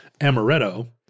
Amaretto